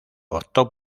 optó